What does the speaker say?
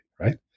right